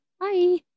Bye